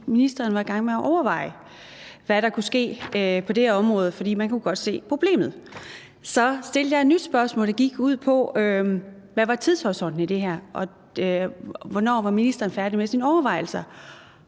at ministeren var i gang med at overveje, hvad der kunne ske på det her område, fordi man godt kunne se problemet. Så stillede jeg et nyt spørgsmål, der gik ud på, hvad tidshorisonten var i det her, og hvornår ministeren var færdig med sine overvejelser,